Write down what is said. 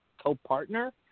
co-partner